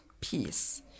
peace